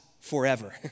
forever